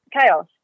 chaos